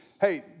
Hey